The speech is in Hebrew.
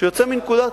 שיוצא מנקודת,